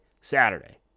Saturday